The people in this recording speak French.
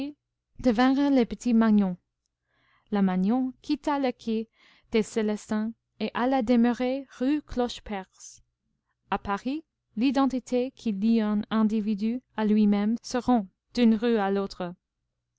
devinrent les petits magnon la magnon quitta le quai des célestins et alla demeurer rue clocheperce à paris l'identité qui lie un individu à lui-même se rompt d'une rue à l'autre